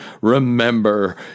Remember